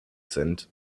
sind